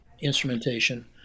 instrumentation